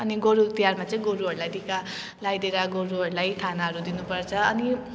अनि गोरु तिहारमा चाहिँ गोरुहरूलाई टिका लगाइदिएर गोरुहरूलाई खानाहरू दिनुपर्छ अनि